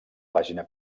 pàgina